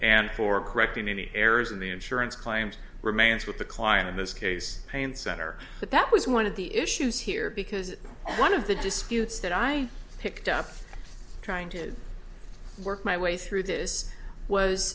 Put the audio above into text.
and for correcting any errors in the insurance claims remains with the client in this case pain center but that was one of the issues here because one of the disputes that i picked up trying to work my way through this was